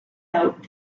out